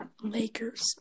Lakers